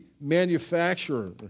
manufacturer